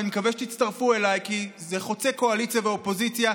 ואני מקווה שתצטרפו אליי כי זה חוצה קואליציה ואופוזיציה,